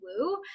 woo